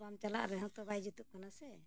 ᱵᱟᱢ ᱪᱟᱞᱟᱜ ᱨᱮᱦᱚᱸ ᱛᱚ ᱵᱟᱭ ᱡᱩᱛᱩᱜ ᱠᱟᱱᱟ ᱥᱮ